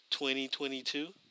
2022